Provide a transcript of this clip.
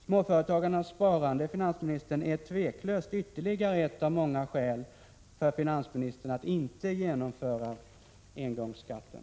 Småföretagarnas sparande är tveklöst ytterligare ett av många skäl för finansministern att inte genomföra engångsskatten.